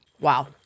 Wow